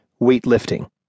weightlifting